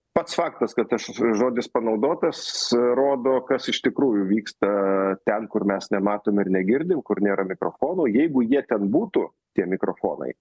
pats faktas kad tas žodis panaudotas rodo kas iš tikrųjų vyksta ten kur mes nematom ir negirdim kur nėra mikrofono jeigu jie ten būtų tie mikrofonai